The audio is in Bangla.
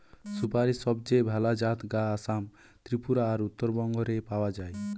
সুপারীর সবচেয়ে ভালা জাত গা আসাম, ত্রিপুরা আর উত্তরবঙ্গ রে পাওয়া যায়